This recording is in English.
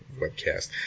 webcast